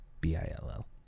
B-I-L-L